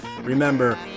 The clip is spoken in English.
remember